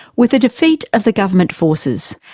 with the defeat of the government forces,